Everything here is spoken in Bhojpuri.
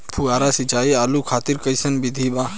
फुहारा सिंचाई आलू खातिर कइसन विधि बा?